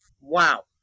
Wow